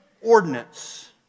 ordinance